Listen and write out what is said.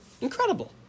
incredible